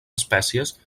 espècies